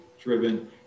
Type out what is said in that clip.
driven